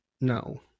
No